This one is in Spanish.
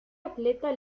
atleta